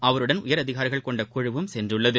அவருடன் உயர் அதிகாரிகள் கொண்ட குழுவும் சென்றுள்ளது